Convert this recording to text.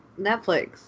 Netflix